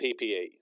PPE